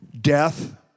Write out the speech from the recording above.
Death